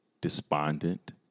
despondent